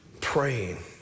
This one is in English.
Praying